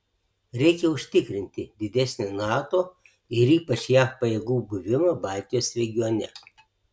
reikia užtikrinti didesnį nato ir ypač jav pajėgų buvimą baltijos regione